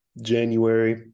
January